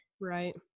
right